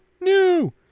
new